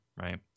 right